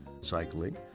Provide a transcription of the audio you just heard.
cycling